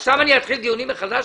עכשיו אני אתחיל דיונים מחדש?